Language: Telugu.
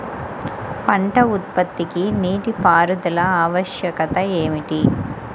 పంట ఉత్పత్తికి నీటిపారుదల ఆవశ్యకత ఏమిటీ?